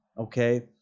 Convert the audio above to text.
okay